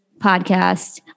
podcast